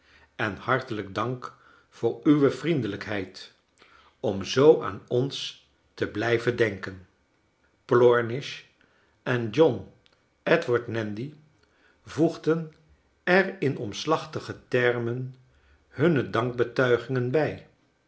en hartelrj k dank voor uwe vriendelrjkheid om zoo aan ons te blijven denken plornish en john edward nandy voegden er in omslachtige termen hunne dankbetuigingen bij